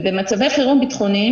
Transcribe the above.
במצבי חירום ביטחוניים,